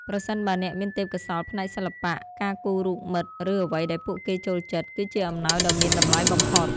ប្រសិនបើអ្នកមានទេពកោសល្យផ្នែកសិល្បៈ ការគូររូបមិត្ត ឬអ្វីដែលពួកគេចូលចិត្ត គឺជាអំណោយដ៏មានតម្លៃបំផុត។